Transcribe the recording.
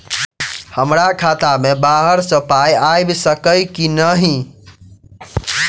हमरा खाता मे बाहर सऽ पाई आबि सकइय की नहि?